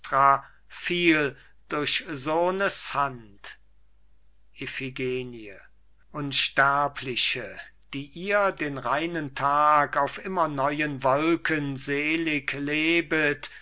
fiel durch sohnes hand iphigenie unsterbliche die ihr den reinen tag auf immer neuen wolken selig lebet